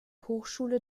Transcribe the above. hochschule